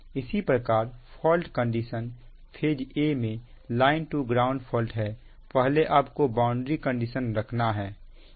इसी प्रकार fault condition phase a में लाइन टू ग्राउंड फॉल्ट है पहले आपको बाउंड्री कंडीशन रखना है